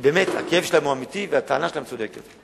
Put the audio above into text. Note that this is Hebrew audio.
כי באמת הכאב שלהם הוא אמיתי והטענה שלהם צודקת.